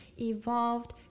evolved